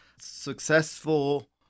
successful